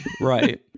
Right